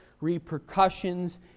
repercussions